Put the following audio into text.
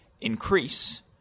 increase